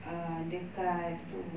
err dekat itu